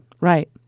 Right